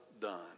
done